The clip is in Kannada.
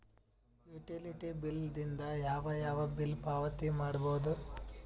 ಯುಟಿಲಿಟಿ ಬಿಲ್ ದಿಂದ ಯಾವ ಯಾವ ಬಿಲ್ ಪಾವತಿ ಮಾಡಬಹುದು?